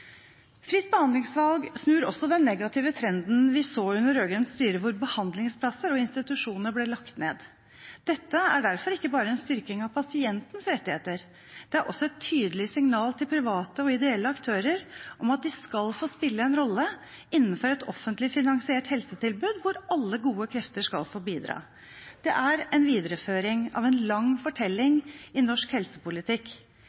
Fritt behandlingsvalg snur også den negative trenden vi så under rød-grønt styre, der behandlingsplasser og institusjoner ble lagt ned. Dette er derfor ikke bare en styrking av pasientenes rettigheter, det er også et tydelig signal til private og ideelle aktører om at de skal få spille en rolle innenfor et offentlig finansiert helsetilbud der alle gode krefter skal få bidra. Det er en videreføring av en lang fortelling i norsk helsepolitikk.